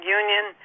union